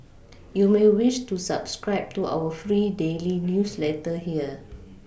you may wish to subscribe to our free daily newsletter here